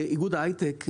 באיגוד ההייטק,